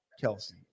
Kelsey